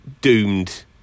doomed